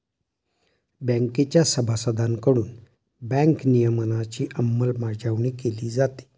बँकेच्या सभासदांकडून बँक नियमनाची अंमलबजावणी केली जाते